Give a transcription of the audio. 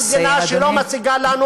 המדינה שלא מציגה לנו,